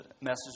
message